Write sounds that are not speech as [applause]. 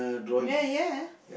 [noise] yeah